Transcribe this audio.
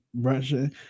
Russia